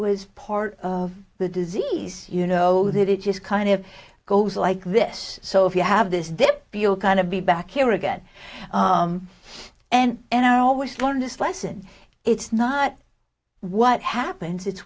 was part of the disease you know that it just kind of goes like this so if you have this did feel kind of be back here again and and i always learn this lesson it's not what happens i